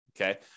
Okay